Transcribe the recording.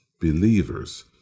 believers